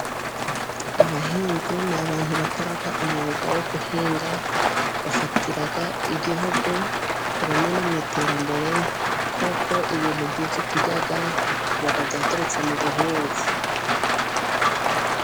Abahinzi ni abantu bakora umwuga wo guhinga, bafatira igihugu runini mu iterambere, kuko ibintu byinshi turya biba byaturutse mu buhinzi.